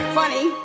funny